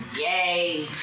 Yay